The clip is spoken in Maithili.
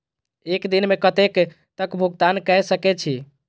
एक दिन में कतेक तक भुगतान कै सके छी